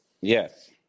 Yes